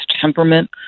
temperament